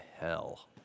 hell